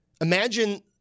Imagine